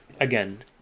again